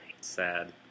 Sad